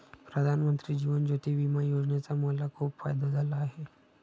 प्रधानमंत्री जीवन ज्योती विमा योजनेचा मला खूप फायदा झाला आहे